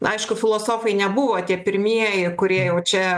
aišku filosofai nebuvo tie pirmieji kurie jau čia